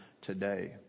today